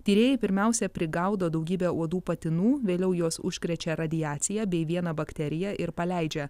tyrėjai pirmiausia prigaudo daugybę uodų patinų vėliau juos užkrečia radiacija bei viena bakterija ir paleidžia